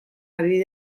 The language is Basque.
ari